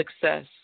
success